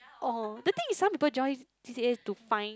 oh the thing is some people join C_C_A is to find